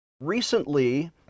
recently